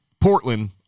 Portland